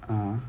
(uh huh)